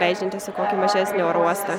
leidžiantis į kokį mažesnį oro uostą